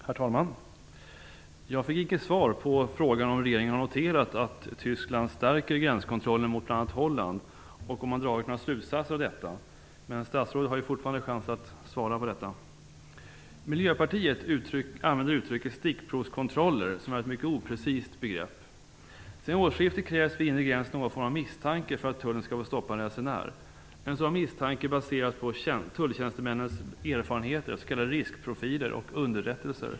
Herr talman! Jag fick icke svar på frågan om regeringen har noterat att Tyskland stärker gränskontrollen mot bl.a. Holland och om man i så fall har dragit några slutsatser av detta. Men statsrådet har ju fortfarande chans att svara på frågan. Miljöpartiet använder uttrycket stickprovskontroller, som är ett mycket oprecist begrepp. Sedan årsskiftet krävs vid inre gräns någon form av misstanke för att tullen skall få stoppa en resenär. En sådan misstanke baseras på tulltjänstemännens erfarenheter, s.k. riskprofiler och underrättelser.